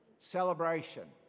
Celebration